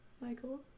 michael